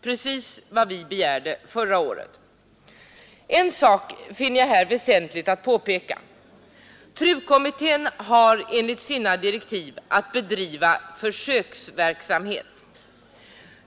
Precis vad vi begärde förra året. En sak finner jag här väsentlig att påpeka. TRU-kommittén har enligt sina direktiv att bedriva försöksverksamhet.